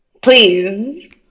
Please